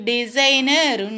Designer